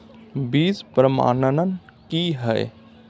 बीज प्रमाणन की हैय?